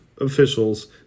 officials